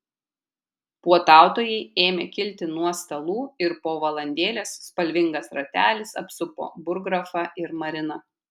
puotautojai ėmė kilti nuo stalų ir po valandėlės spalvingas ratelis apsupo burggrafą ir mariną